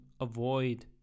avoid